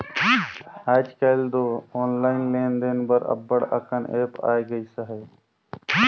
आएज काएल दो ऑनलाईन लेन देन बर अब्बड़ अकन ऐप आए गइस अहे